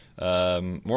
more